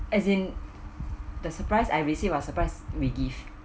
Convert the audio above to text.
as in the surprise I receive or surprise we give